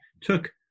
took